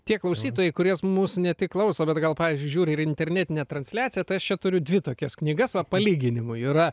tie klausytojai kurie mus ne tik klauso bet gal pavyzdžiui žiūri ir internetinę transliaciją tas aš čia turiu dvi tokias knygas va palyginimui yra